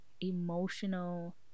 emotional